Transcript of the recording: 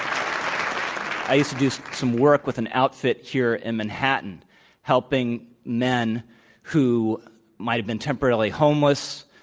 um some work with an outfit here in manhattan helping men who might have been temporarily homeless,